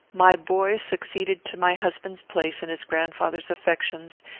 my boy succeeded to my husband's place in his grandfather's affections,